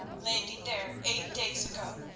landing there eight days ago,